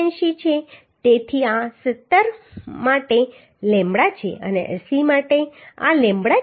86 છે તેથી આ 70 માટે લેમ્બડા છે અને 80 માટે આ લેમ્બડા છે